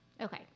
okay